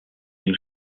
une